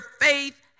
faith